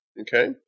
Okay